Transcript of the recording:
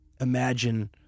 Imagine